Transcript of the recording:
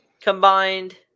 Combined